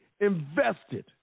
invested